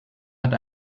hat